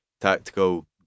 tactical